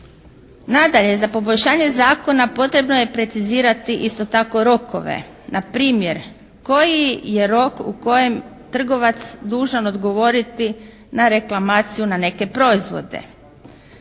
Nadalje, za poboljšanje zakona potrebno je precizirati isto tako rokove. Na primjer, koji je rok u kojem je trgovac dužan odgovoriti na reklamaciju na neke proizvode.